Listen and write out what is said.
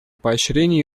поощрение